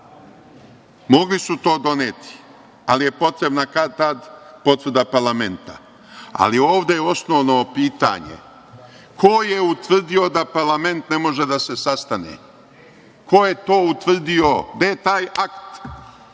Mogli su to doneti, ali je potrebna kad-tad potvrda parlamenta. Ovde je osnovno pitanje – ko je utvrdio da parlament ne može da se sastane? Ko je to utvrdio? Gde je taj akt